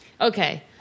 Okay